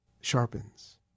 sharpens